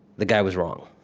the guy was wrong.